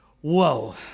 whoa